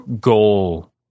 goal